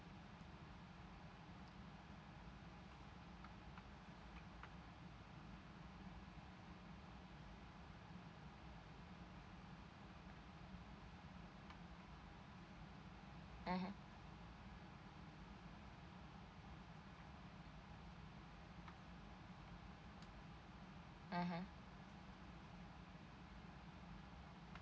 mmhmm mmhmm